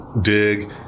dig